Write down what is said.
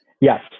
yes